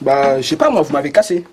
Bah, je sais pas, moi, vous m'avez cassé.